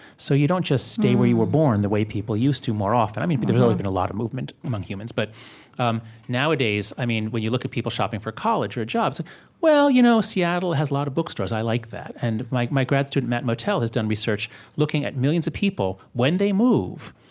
so you don't just stay where you were born, the way people used to more often. i mean there's always been a lot of movement among humans, but um nowadays, i mean when you look at people shopping for college or jobs well, you know, seattle has a lot of bookstores. i like that. and my my grad student, matt motyl, has done research looking at millions of people when they move,